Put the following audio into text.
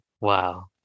Wow